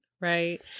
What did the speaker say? right